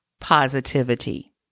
positivity